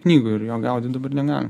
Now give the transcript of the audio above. knygoj ir jo gaudyt dabar negalima